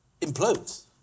implodes